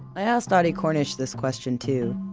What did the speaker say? i asked audie cornish this question too.